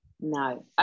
No